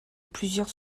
plusieurs